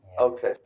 Okay